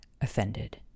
offended